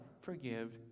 forgive